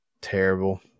Terrible